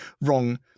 wrong